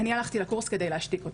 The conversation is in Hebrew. אני הלכתי לקורס כדי להשתיק אותה..".